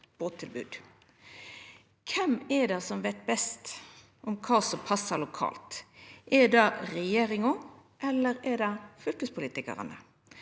Kven er det som veit best om kva som passar lokalt? Er det regjeringa, eller er det fylkespolitikarane?